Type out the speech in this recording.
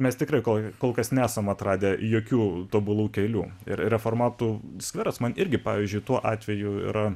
mes tikrai kojų kol kas nesam atradę jokių tobulų kelių ir reformatų skveras man irgi pavyzdžiui tuo atveju yra